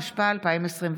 התשפ"א 2021,